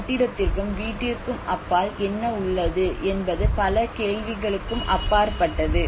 கட்டிடத்திற்கும் வீட்டிற்கும் அப்பால் என்ன உள்ளது என்பது பல கேள்விகளுக்கும் அப்பாற்பட்டது